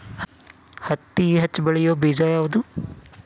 ಹತ್ತಿ ಹೆಚ್ಚ ಬೆಳೆಯುವ ಬೇಜ ಯಾವುದು?